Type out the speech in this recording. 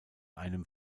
einem